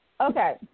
okay